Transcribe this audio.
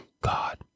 God